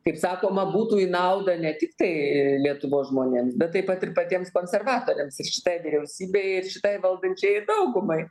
kaip sakoma būtų į naudą ne tiktai lietuvos žmonėms bet taip pat ir patiems konservatoriams šitai vyriausybei ir šitai valdančiajai daugumai